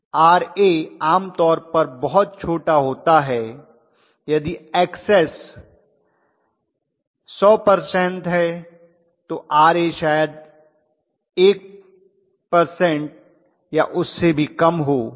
Ra आम तौर पर बहुत छोटा होता है यदि Xs 100 पर्सेन्ट है तो Ra शायद 1 पर्सेन्ट या उससे भी कम हो